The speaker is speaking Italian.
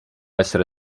essere